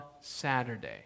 Saturday